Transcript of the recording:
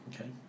Okay